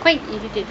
quite irritating